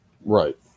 Right